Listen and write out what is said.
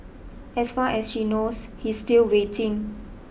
as far as she knows he's still waiting